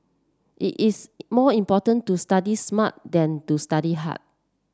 it is more important to study smart than to study hard